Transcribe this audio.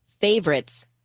favorites